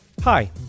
Hi